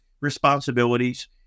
responsibilities